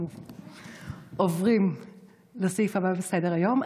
אנחנו עוברים לסעיף הבא בסדר-היום,